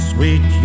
Sweet